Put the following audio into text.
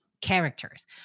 characters